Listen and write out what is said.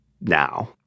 now